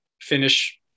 finish